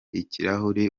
ikirahure